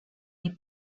des